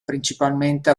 principalmente